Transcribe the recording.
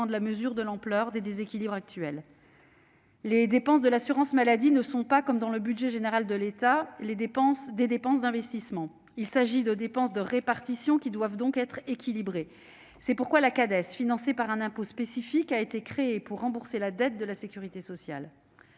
la mesure de l'ampleur des déséquilibres actuels. Les dépenses de l'assurance maladie ne sont pas, comme dans le budget général de l'État, des dépenses d'investissement : il s'agit de dépenses de répartition, qui doivent donc être équilibrées. C'est pourquoi la Cades, la Caisse d'amortissement de la dette sociale, financée par un impôt spécifique, a été créée pour rembourser la dette de la sécurité sociale.